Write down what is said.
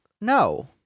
no